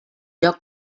lloc